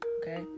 okay